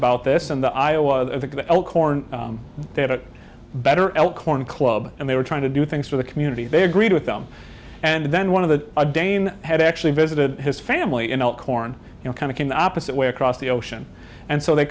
about this and the iowa corn they had a better elk corn club and they were trying to do things for the community they agreed with them and then one of the a dane had actually visited his family and corn you know kind of came the opposite way across the ocean and so they